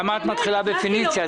למה את מתחילה בפניציה?